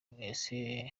mwese